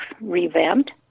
revamped